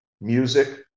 music